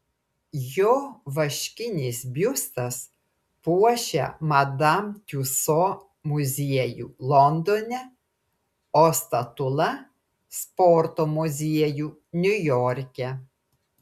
jo vaškinis biustas puošia madam tiuso muziejų londone o statula sporto muziejų niujorke